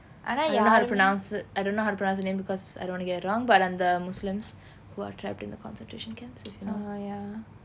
I don't know how to pronounce it I don't know how to pronounce the name because I don't wanna get it wrong but அந்த:antha muslims who are trapped in the concentration camps of you know